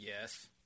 Yes